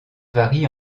varie